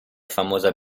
famosa